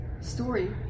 Story